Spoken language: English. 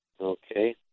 Okay